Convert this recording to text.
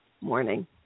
morning